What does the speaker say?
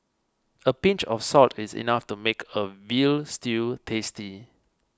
a pinch of salt is enough to make a Veal Stew tasty